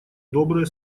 добрые